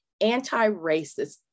anti-racist